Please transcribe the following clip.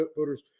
voters